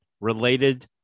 related